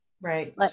right